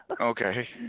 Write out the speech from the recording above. okay